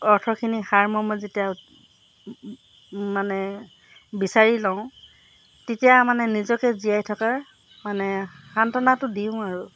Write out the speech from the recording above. অৰ্থখিনি সাৰমৰ্ম যেতিয়া মানে বিচাৰি লওঁ তেতিয়া মানে নিজকে জীয়াই থকাৰ মানে সান্তনাটো দিওঁ আৰু